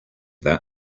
that